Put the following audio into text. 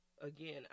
Again